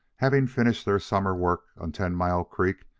having finished their summer work on ten mile creek,